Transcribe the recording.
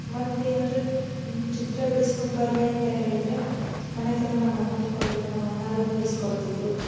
ಮತ್ತೆ ಏನೆಂದರೆ ಚಿತ್ರ ಬಿಡಿಸಿಕೊಂಡು ಬರ್ರಿ ಅಂತ ಹೇಳಿದರೆ ಮನೆಗೆ ತಂದು ನಮ್ಮ ಅಣ್ಣಾವ್ರಿಗೆ ಕೊಡ್ತಿದ್ದೆ ನಮ್ಮ ಅಣ್ಣಾವ್ರು ಬಿಡಿಸ್ಕೊಡ್ತಿದ್ರು